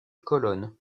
colonnes